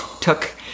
took